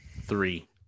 Three